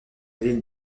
ville